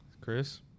Chris